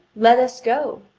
let us go.